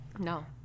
No